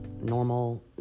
Normal